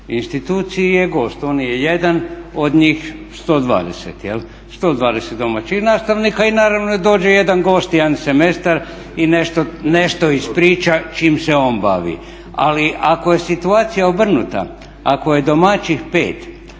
instituciji je gost. On je jedan od njih 120. 120 domaćih nastavnika i naravno dođe jedan gost jedan semestar i nešto ispriča čim se on bavi. Ali ako je situacija obrnuta, ako je domaćih 5